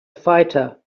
fighter